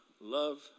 love